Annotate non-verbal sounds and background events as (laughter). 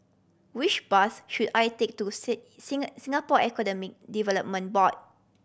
which bus should I take to (unintelligible) Singapore Economy Development Board